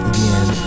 Again